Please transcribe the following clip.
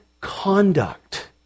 conduct